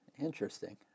Interesting